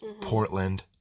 Portland